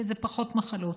כי זה פחות מחלות.